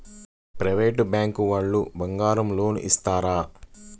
Private bank వాళ్ళు బంగారం loan ఇస్తారా?